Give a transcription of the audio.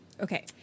okay